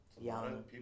young